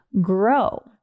grow